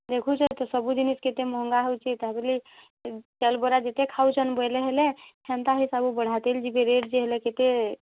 ଦେଖୁଛ ତ ସବୁଜିନିଷ୍ କେତେ ମହଙ୍ଗା ହଉଛେ ତାହା ବୋଲି ଚାଉଲ୍ ବରା ଯେତେ ଖାଉଛନ୍ ବୋଇଲେ ହେଲେ ହେନ୍ତା ହି ସବୁ ବଢ଼ାତେଲ୍ ରେଟ୍ ଯେ ହେଲେ କେତେ